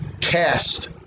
cast